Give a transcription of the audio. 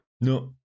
No